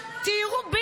זה בדיוק שנה.